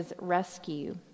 rescue